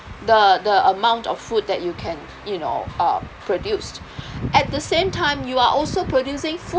the the amount of food that you can you know uh produce at the same time you are also producing